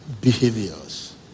behaviors